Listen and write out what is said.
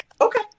Okay